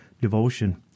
devotion